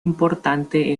importante